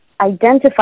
identify